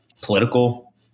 political